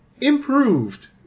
improved